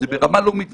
זה ברמה לאומית.